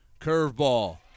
curveball